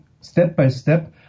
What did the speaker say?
step-by-step